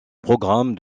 programme